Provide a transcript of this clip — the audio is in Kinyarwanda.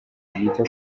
ryita